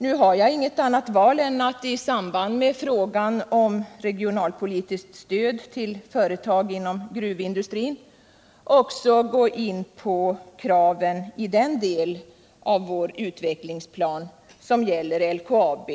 Nu har jag inget annat val än att i samband med frågan om regionalpolitiskt stöd till företag inom gruvindustrin också gå in på kraven i den del av vår utvecklingsplan som gäller LKAB